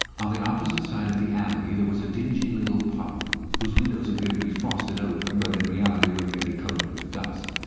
on the opposite side of the alley there was a dingy little pub whose windows appeared to be frosted over but in reality were merely coated with dust.